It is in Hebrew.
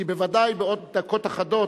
כי בוודאי בעוד דקות אחדות,